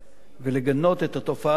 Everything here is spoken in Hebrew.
ולגנות את התופעה הזאת,